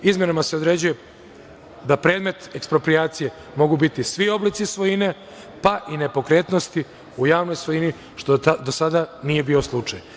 Izmena se određuje da predmet eksproprijacije mogu biti svi oblici svojine, pa i nepokretnosti u javnoj svojini, što do sada nije bio slučaj.